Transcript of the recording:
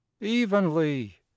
Evenly